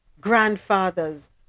Grandfathers